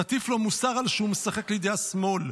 תטיף לו מוסר על שהוא 'משחק לידי השמאל'